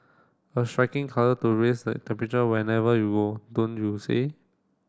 a striking colour to raise the temperature whenever you were don't you say